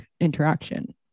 interaction